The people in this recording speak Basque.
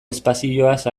espazioaz